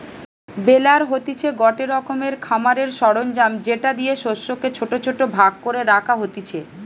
বেলার হতিছে গটে রকমের খামারের সরঞ্জাম যেটা দিয়ে শস্যকে ছোট ছোট ভাগ করে রাখা হতিছে